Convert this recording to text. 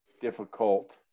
difficult